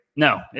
No